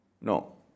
no